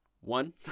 One